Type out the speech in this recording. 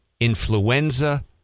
influenza